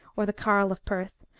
or the carle of pei-th,